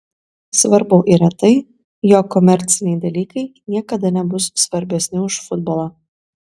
svarbu yra tai jog komerciniai dalykai niekada nebus svarbesni už futbolą